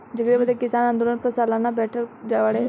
जेकरे बदे किसान आन्दोलन पर सालन से बैठल बाड़े